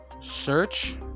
Search